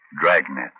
Dragnet